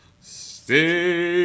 stay